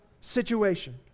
situation